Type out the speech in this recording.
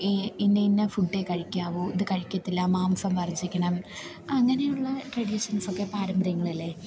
ഈ ഇന്ന ഇന്ന ഫുഡേ കഴിക്കാവൂ ഇത് കഴിക്കില്ല മാംസം വർജിക്കണം അങ്ങനെയുള്ള ട്രഡീഷൻസൊക്കെ പാരമ്പര്യങ്ങളല്ലെ